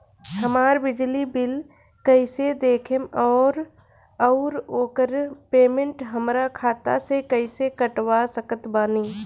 हमार बिजली बिल कईसे देखेमऔर आउर ओकर पेमेंट हमरा खाता से कईसे कटवा सकत बानी?